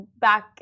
back